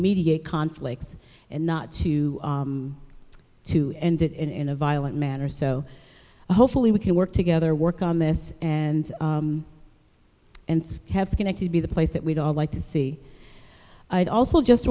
mediate conflicts and not to to end it in a violent manner so hopefully we can work together work on this and and have connected be the place that we'd all like to see it also just